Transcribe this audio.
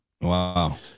Wow